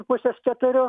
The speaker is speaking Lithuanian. pusės keturių